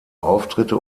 auftritte